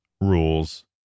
rules